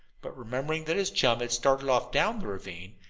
but remembering that his chum had started off down the ravine,